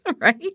Right